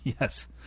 Yes